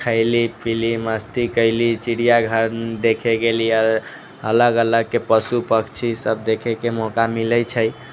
खयली पीली मस्ती कयली चिड़िया घर देखै गेलियै अलग अलगके पशु पक्षी सब देखैके मौका मिलै छै